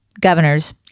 governors